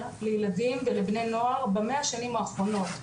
לילדים ולבני נוער במאה שנים האחרונות,